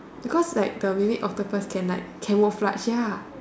because like the mermaid octopus can like camouflage ya